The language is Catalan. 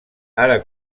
ara